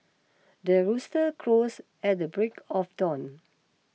the rooster crows at the break of dawn